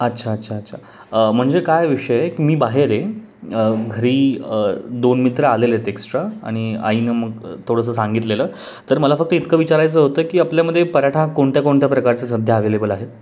अच्छा अच्छा अच्छा म्हणजे काय विषय की मी बाहेर आहे घरी दोन मित्रं आलेले आहेत एक्स्ट्रा आणि आईनं मग थोडंसं सांगितलेलं तर मला फक्त इतकं विचारायचं होतं की आपल्यामध्ये पराठा कोणत्या कोणत्या प्रकारचे सध्या अवेलेबल आहेत